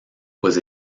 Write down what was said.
was